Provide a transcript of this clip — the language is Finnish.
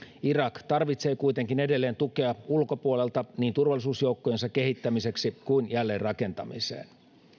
irak tarvitsee kuitenkin edelleen tukea ulkopuolelta niin turvallisuusjoukkojensa kehittämiseksi kuin jälleenrakentamiseen